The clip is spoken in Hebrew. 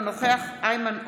אינו נוכח איימן עודה,